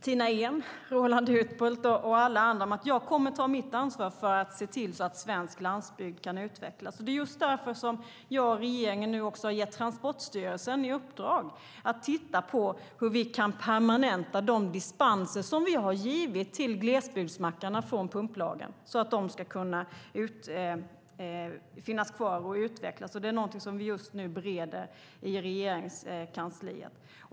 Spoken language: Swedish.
Tina Ehn, Roland Utbult och alla andra att jag kommer att ta mitt ansvar för att se till att svensk landsbygd kan utvecklas. Det är just därför jag och regeringen nu också har gett Transportstyrelsen i uppdrag att titta på hur vi kan permanenta de dispenser från pumplagen vi har givit glesbygdsmackarna för att de ska kunna finnas kvar och utvecklas. Det är någonting vi just nu bereder i Regeringskansliet.